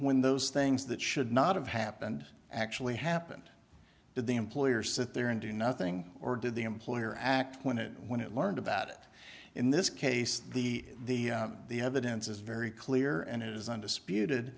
when those things that should not have happened actually happened did the employer sit there and do nothing or did the employer act when it when it learned about it in this case the the the evidence is very clear and it is undisputed